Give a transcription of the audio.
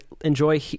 enjoy